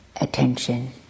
attention